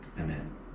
Amen